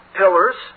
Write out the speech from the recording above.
pillars